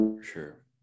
Sure